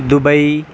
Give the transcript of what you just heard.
Dubai